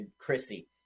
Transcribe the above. Chrissy